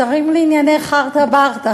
שרים לענייני חארטה ברטה,